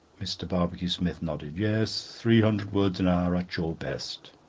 mr. barbecue-smith nodded. yes, three hundred words an hour at your best.